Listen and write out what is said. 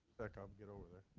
i'll get over there.